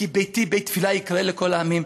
"כי ביתי בית תפילה יקרא לכל העמים",